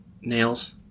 Nails